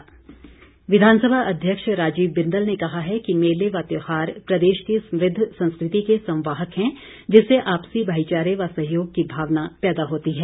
बिंदल विधानसभा अध्यक्ष राजीव बिंदल ने कहा है कि मेले व त्यौहार प्रदेश की समृद्ध संस्कृति के संवाहक है जिससे आपसी भाईचारे व सहयोग की भावना पैदा होती है